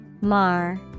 Mar